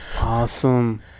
Awesome